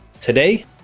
Today